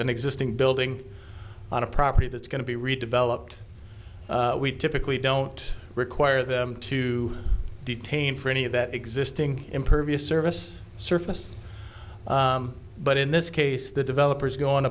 an existing building on a property that's going to be redeveloped we typically don't require them to detain for any of that existing impervious service surface but in this case the developers going